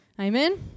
Amen